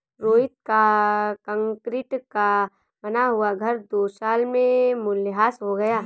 रोहित का कंक्रीट का बना हुआ घर दो साल में मूल्यह्रास हो गया